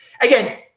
again